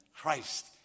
Christ